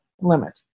limit